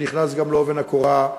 שנכנס גם בעובי הקורה,